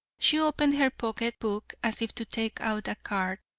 she opened her pocket book as if to take out a card,